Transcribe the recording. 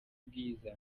bwiza